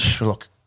Look